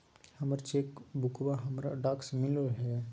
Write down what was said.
हमर चेक बुकवा हमरा डाक से मिललो हे